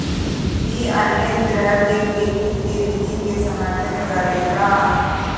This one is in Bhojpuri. इ अन्य तरह के खेती के विधि के समर्थन करेला